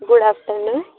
good afternoon